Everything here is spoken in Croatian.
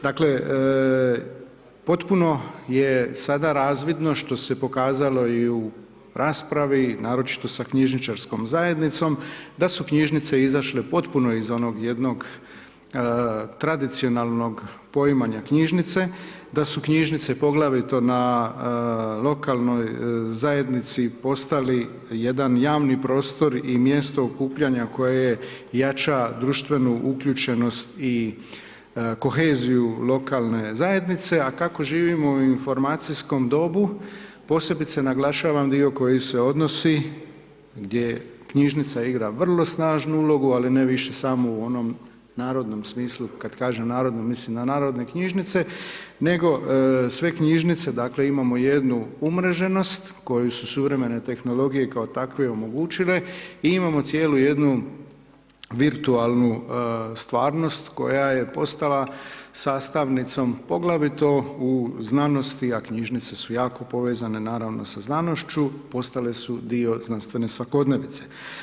Dakle, potpuno je sada razvidno što se pokazalo i u raspravi, naročito sa knjižničarskom zajednicom, da su knjižnice izašle potpuno iz onog tradicionalnog poimanja knjižnice, da su knjižnice poglavito na lokalnoj zajednici postali jedan javni prostor i mjesto okupljanja koje jača društvenu uključenost i koheziju lokalne zajednice, a kako živimo u informacijskom dobu, posebice naglašavam dio koji se odnosi, gdje knjižnica igra vrlo snažnu ulogu, ali ne više samo u onom narodnom smislu, kad kažem narodno, mislim na narodne knjižnice, nego sve knjižnice, dakle, imamo jednu umreženost koju su suvremene tehnologije kao takve omogućile i imamo cijelu jednu virtualnu stvarnost koje je postala sastavnicom, poglavito u znanosti, a knjižnice su jako povezane, naravno sa znanošću, postale su dio znanstvene svakodnevnice.